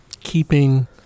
keeping